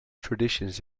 traditions